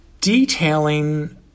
detailing